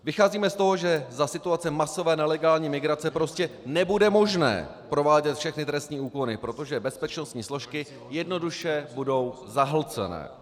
Vycházíme z toho, že za situace masové nelegální migrace prostě nebude možné provádět všechny trestní úkony, protože bezpečnostní složky jednoduše budou zahlceny.